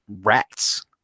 rats